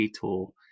tool